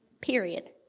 Period